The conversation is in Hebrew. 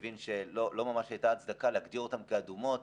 והבין שלא ממש הייתה הצדקה להגדיר אותן כאדומות,